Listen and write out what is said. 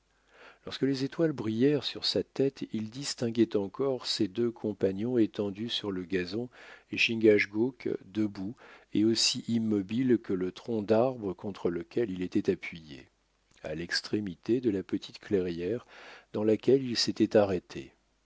lorsque les étoiles brillèrent sur sa tête il distinguait encore ses deux compagnons étendus sur le gazon et chingachgook debout et aussi immobile que le tronc d'arbre contre lequel il était appuyé à l'extrémité de la petite clairière dans laquelle ils s'étaient arrêtés